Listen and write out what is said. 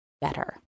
better